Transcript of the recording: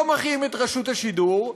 לא מחיים את רשות השידור,